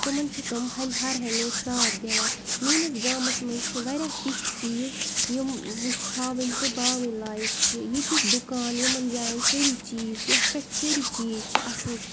تِمن چھِ تِم ہر ہمیشہٕ ساتھ دِوان میٲنِس گامَس منٛز چھِ واریاہ تِتھۍ چیٖز یِم وٕچھ ہاوٕنۍ تہٕ باوٕنۍ لایق چھِ ییٚتِکۍ دُکان یِمن جاین سٲری چیٖز چھِ یَتھ پٮ۪ٹھ سٲری چیٖز چھِ اَصٕل